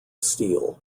steel